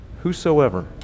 Whosoever